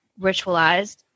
ritualized